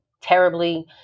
terribly